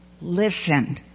listen